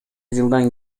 жылдан